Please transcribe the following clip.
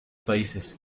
países